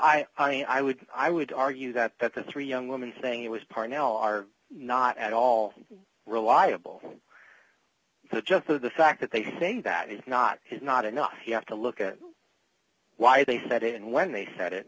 mean i would i would argue that that the three young women saying it was part now are not at all reliable but just the fact that they say that it is not is not enough you have to look at why they said it and when they said it